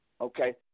Okay